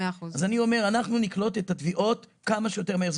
אני אומר שנקלוט את התביעות כמה שיותר מהר,